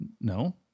No